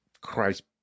Christ